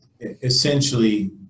essentially